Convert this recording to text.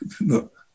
look